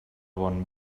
bon